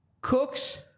Cooks